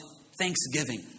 thanksgiving